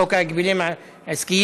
חוק ההגבלים העסקיים,